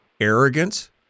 arrogance